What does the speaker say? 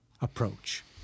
approach